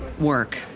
work